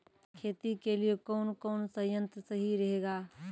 खेती के लिए कौन कौन संयंत्र सही रहेगा?